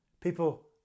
People